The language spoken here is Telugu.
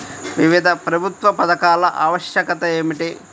వివిధ ప్రభుత్వా పథకాల ఆవశ్యకత ఏమిటి?